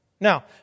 Now